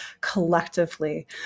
collectively